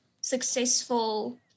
successful